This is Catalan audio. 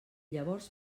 llavors